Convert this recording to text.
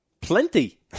plenty